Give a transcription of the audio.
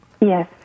Yes